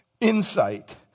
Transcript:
insight